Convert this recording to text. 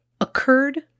occurred